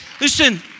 Listen